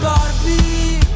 Barbie